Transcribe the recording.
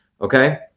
Okay